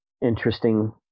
interesting